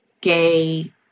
gay